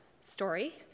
story